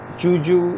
juju